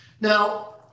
Now